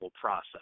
process